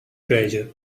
treasure